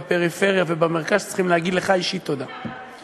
בפריפריה ובמרכז, שצריכים להגיד לך אישית תודה.